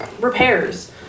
Repairs